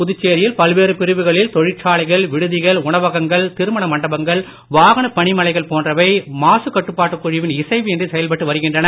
புதுச்சேரியில் பல்வேறு பிரிவுகளில் தொழிற்சாலைகள் விடுதிகள் உணவகங்கள் திருமண மண்டபங்கள் வாகன பணிமனைகள் போன்றவை மாசுக் கட்டுப்பாட்டுக் குழுவின் இசைவு இன்றி செயல்பட்டு வருகின்றன